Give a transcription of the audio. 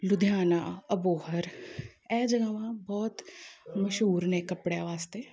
ਲੁਧਿਆਣਾ ਅਬੋਹਰ ਇਹ ਜਗ੍ਹਾਵਾਂ ਬਹੁਤ ਮਸ਼ਹੂਰ ਨੇ ਕੱਪੜਿਆਂ ਵਾਸਤੇ